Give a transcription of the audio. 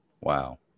Wow